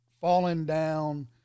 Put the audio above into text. falling-down